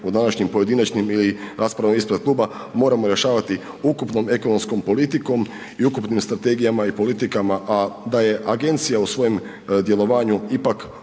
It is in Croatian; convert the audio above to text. u današnjim pojedinačnim ili raspravama ispred kluba, moramo rješavati ukupnom ekonomskom politikom i ukupnim strategijama i politikama, a da je agencija u svojem djelovanju ipak u